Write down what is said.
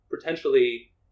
potentially